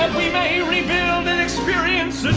we may reveal the experience